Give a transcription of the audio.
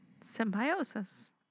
Symbiosis